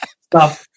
stop